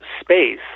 space